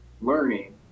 learning